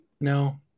no